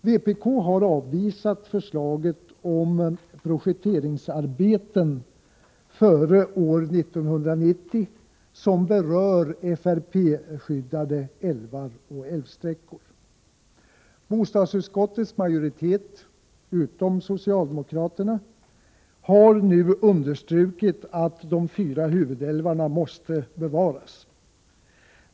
Vpk har avvisat förslaget om projekteringsarbeten före år 1990 som berör FRP-skyddade älvar och älvsträckor. Bostadsutskottets majoritet — utom socialdemokraterna — har nu understrukit att de fyra huvudälvarna måste bevaras.